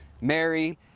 Mary